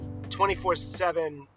24-7